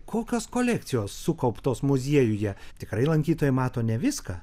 kokios kolekcijos sukauptos muziejuje tikrai lankytojai mato ne viską